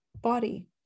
body